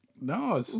No